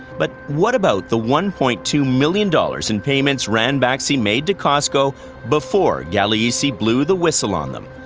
but what about the one point two million dollars in payments ranbaxy made to costco before gagliese blew the whistle on them?